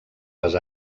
les